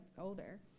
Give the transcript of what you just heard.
older